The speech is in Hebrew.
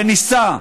וניסה.